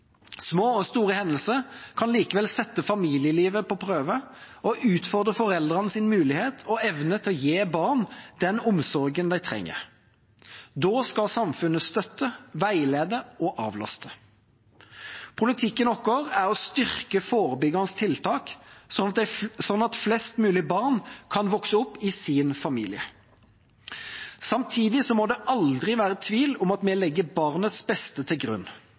Små og store hendelser kan likevel sette familielivet på prøve og utfordre foreldrenes mulighet og evne til gi barn den omsorgen de trenger. Da skal samfunnet støtte, veilede og avlaste. Politikken vår er å styrke forebyggende tiltak, slik at flest mulige barn kan vokse opp i sin familie. Samtidig må det aldri være tvil om at vi legger barnets beste til grunn.